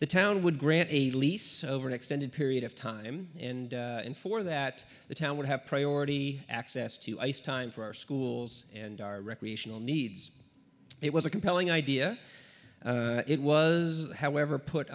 the town would grant a lease over an extended period of time and in four that the town would have priority access to ice time for our schools and our recreational needs it was a compelling idea it was however put